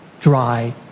dry